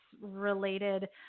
related